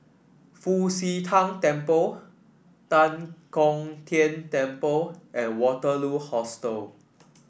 Fu Xi Tang Temple Tan Kong Tian Temple and Waterloo Hostel